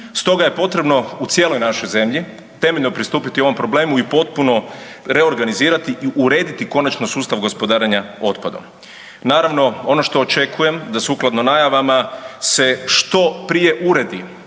Stoga je potrebno u cijeloj našoj zemlji temeljno pristupiti ovom problemu i potpuno reorganizirati i urediti konačno sustav gospodarenja otpadom. Naravno ono što očekujem da sukladno najavama se što prije uredi